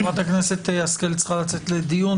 חברת הכנסת השכל שצריכה לצאת לדיון.